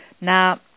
Now